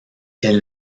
elle